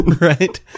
Right